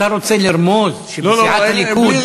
אתה רוצה לרמוז שבסיעת הליכוד,